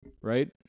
Right